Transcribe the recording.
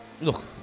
look